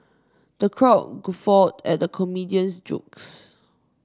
the crowd guffawed at the comedian's jokes